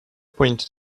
pointed